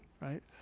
right